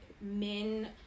men